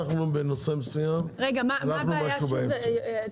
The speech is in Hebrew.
הלכנו בנושא מסוים עם משהו באמצע.